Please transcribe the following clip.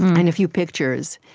and a few pictures,